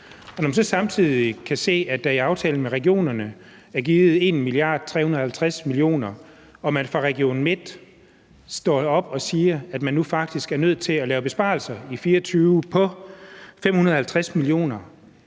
Når man så samtidig kan se, at der i aftalen med regionerne er givet 1,35 mia. kr., og man fra Region Midtjyllands side stiller sig op og siger, at man nu faktisk er nødt til at lave besparelser på 560 mio.